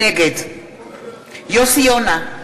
נגד יוסי יונה,